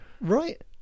Right